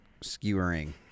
skewering